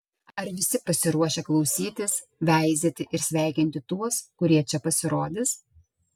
ar visi pasiruošę klausytis veizėti ir sveikinti tuos kurie čia pasirodys